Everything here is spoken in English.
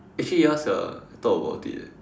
actually ya sia I thought about it eh